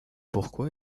pourquoi